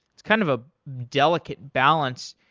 it's kind of a delicate balance.